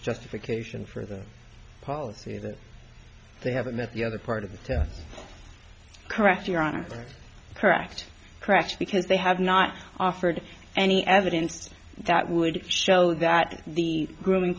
justification for their policy that they haven't met the other part of correct your honest correct crash because they have not offered any evidence that would show that the growing